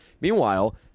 meanwhile